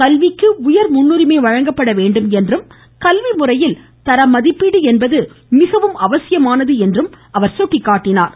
கல்விக்கு உயர் முன்னுரிமை வழங்கப்பட வேண்டும் என்றும் கல்வி முறையில் தரமதிப்பீடு என்பது மிகவும் அவசியமானது என்றும் சுட்டிக்காட்டினார்